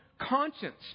conscience